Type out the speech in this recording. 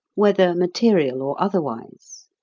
whether material or otherwise.